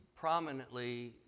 prominently